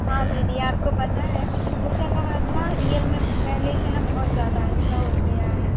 हाँ दीदी आपको पता है होशंगाबाद ना रियल में पहले से ना बहुत ज़्यादा अच्छा हो गया है